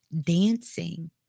dancing